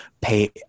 pay